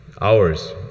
hours